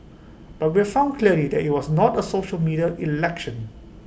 but we've found clearly that IT was not A social media election